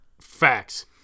Facts